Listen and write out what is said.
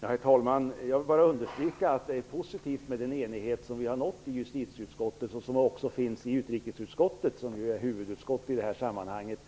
Herr talman! Jag vill bara understryka att det är positivt med den enighet som vi har nått i justitieutskottet och som också finns i utrikesutskottet, som ju är huvudutskott i det här sammanhanget,